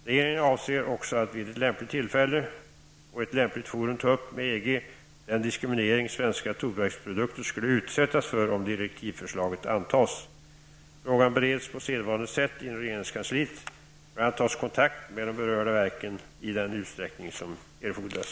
Regeringen avser också att vid lämpligt tillfälle och i lämpligt forum ta upp med EG den diskriminering svenska tobaksprodukter skulle utsättas för om direktivförslaget antas. Frågan bereds på sedvanligt sätt inom regeringskansliet. Bl.a. tas kontakt med de berörda verken i den utsträckning som erfordras.